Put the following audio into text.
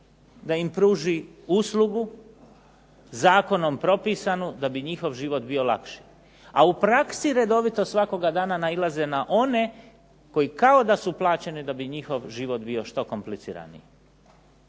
da im pruži uslugu zakonom propisanu da bi njihov život bio lakši. A u praksi redovito svakoga dana nailaze na one koji kao da su plaćeni da bi njihov život bio što kompliciraniji.